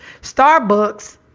Starbucks